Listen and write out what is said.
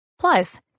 Plus